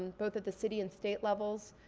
and both at the city and state levels,